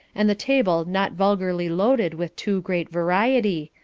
and the table not vulgarly loaded with too great variety,